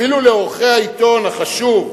אפילו לעורכי העיתון, החשוב,